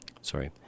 sorry